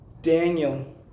Daniel